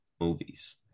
movies